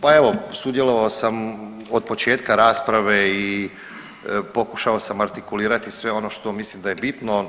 Pa evo, sudjelovao sam od početka rasprave, pokušao sam artikulirati sve ono što mislim da je bitno.